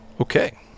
Okay